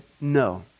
no